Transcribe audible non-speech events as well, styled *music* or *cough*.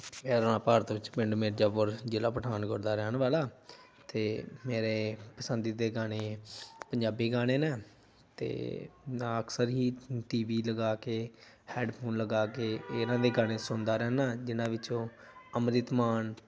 *unintelligible* ਭਾਰਤ ਵਿੱਚ ਪਿੰਡ ਮਿਰਜਾਪੁਰ ਜ਼ਿਲ੍ਹਾਂ ਪਠਾਨਕੋਟ ਦਾ ਰਹਿਣ ਵਾਲਾ ਅਤੇ ਮੇਰੇ ਪਸੰਦੀ ਦੇ ਗਾਣੇ ਪੰਜਾਬੀ ਗਾਣੇ ਨੇ ਅਤੇ ਮੈ ਅਕਸਰ ਹੀ ਟੀ ਵੀ ਲਗਾ ਕੇ ਹੈਡਫੋਨ ਲਗਾ ਕੇ ਇਹਨਾਂ ਦੇ ਗਾਣੇ ਸੁਣਦਾ ਰਹਿੰਦਾ ਜਿਨ੍ਹਾਂ ਵਿੱਚੋਂ ਅੰਮ੍ਰਿਤ ਮਾਨ